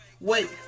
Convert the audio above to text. wait